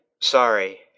Sorry